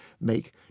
make